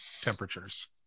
temperatures